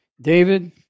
David